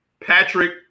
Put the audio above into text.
Patrick